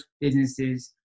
businesses